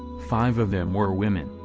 five of them were women,